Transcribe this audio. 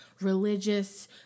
religious